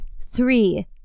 Three